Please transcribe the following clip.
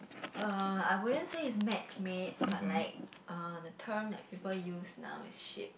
uh I wouldn't say it's matchmade but like uh the term like people use now is ship